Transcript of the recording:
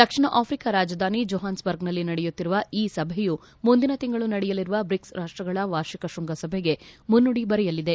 ದಕ್ಷಿಣ Africa ರಾಜಧಾನಿ ಜೋಹಾನ್ಸ್ ಬರ್ಗ್ನಲ್ಲಿ ನಡೆಯುತ್ತಿರುವ ಈ ಸಭೆಯು ಮುಂದಿನ ತಿಂಗಳು ನಡೆಯಲಿರುವ ಬ್ರಿಕ್ಸ್ ರಾಷ್ಷಗಳ ವಾರ್ಷಿಕ ಶೃಂಗಸಭೆಗೆ ಮುನ್ನುಡಿ ಬರೆಯಲಿದೆ